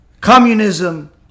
communism